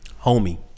Homie